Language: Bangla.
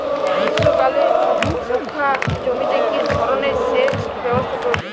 গ্রীষ্মকালে রুখা জমিতে কি ধরনের সেচ ব্যবস্থা প্রয়োজন?